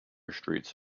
streets